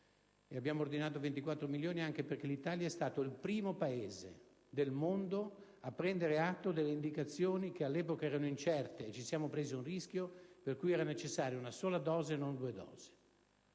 abbiamo ordinato 24 milioni di dosi; questo anche perché l'Italia è stato il primo Paese del mondo a prendere atto delle indicazioni che all'epoca erano incerte: ci siamo presi un rischio, stabilendo che era necessaria una sola dose e non due. Noi